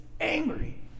angry